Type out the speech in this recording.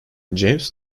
james